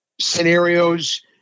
scenarios